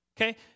Okay